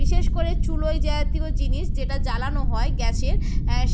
বিশেষ করে চুলো জাতীয় জিনিস যেটা জ্বালানো হয় গ্যাসের